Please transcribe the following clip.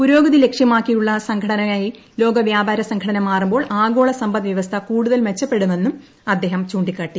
പുരോഗതി ലക്ഷ്യമാക്കിയുള്ള സംഘടനയായി ലോക വൃാപാക സംഘടന മാറുമ്പോൾ ആഗോള സമ്പദ്വ്യവസ്ഥ കൂടുതൽ മെച്ചപ്പെടുമെന്നും അദ്ദേഹം ചൂണ്ടിക്കാട്ടി